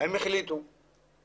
שירות בתי סוהר גם